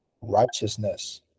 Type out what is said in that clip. righteousness